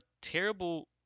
terrible